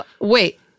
wait